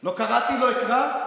לא קראתי, לא אקרא,